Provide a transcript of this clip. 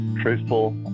truthful